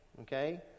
Okay